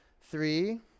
Three